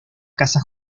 casa